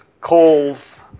calls